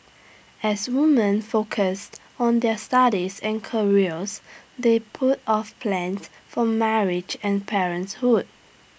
as women focused on their studies and careers they put off plans for marriage and parenthood